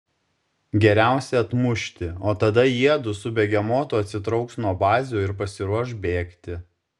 geriausia atmušti o tada jiedu su begemotu atsitrauks nuo bazių ir pasiruoš bėgti